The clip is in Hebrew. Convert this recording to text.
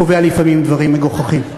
קובע לפעמים דברים מגוחכים.